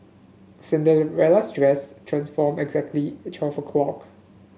Cinderella's dress transformed exactly at twelve o'clock